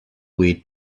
way